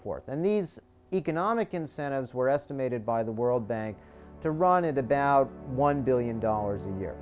forth and these economic incentives were estimated by the world bank the ronit about one billion dollars a year